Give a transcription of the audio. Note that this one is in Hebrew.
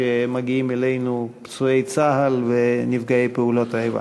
כשמגיעים אלינו פצועי צה"ל ונפגעי פעולות האיבה.